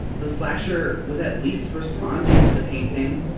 the slasher was at least responding to the painting.